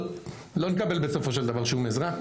לא נקבל בסופו של דבר שום עזרה.